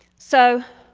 so,